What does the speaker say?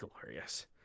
glorious